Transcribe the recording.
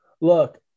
Look